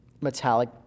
metallic